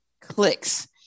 clicks